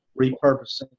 repurposing